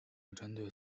针对